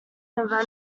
inventor